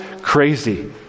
crazy